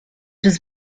has